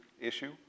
issue